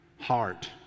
heart